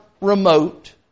remote